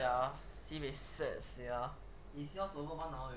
ya sibeh sad sia